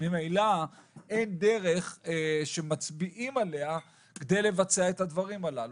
אם ממילא אין דרך שמצביעים עליה כדי לבצע את הדברים הללו.